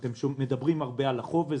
ואתם מדברים הרבה על החוב,